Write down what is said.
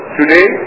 Today